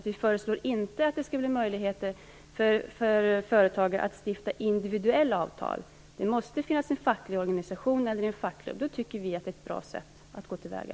Vi föreslår inte att det skall bli möjligt för företag att stifta individuella avtal. Det måste finnas en facklig organisation eller en fackklubb. Då tycker vi att det är ett bra sätt att gå till väga.